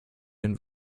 den